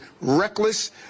reckless